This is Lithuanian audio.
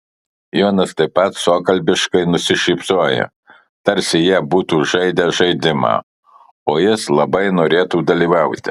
jonas taip pat suokalbiškai nusišypsojo tarsi jie būtų žaidę žaidimą o jis labai norėtų dalyvauti